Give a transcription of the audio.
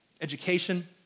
education